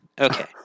Okay